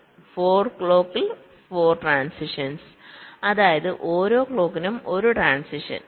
അതിനാൽ 4 ക്ലോക്കിൽ 4 ട്രാന്സിഷൻസ് അതായത് ഓരോ ക്ലോക്കിനും ഒരു ട്രാന്സിഷൻ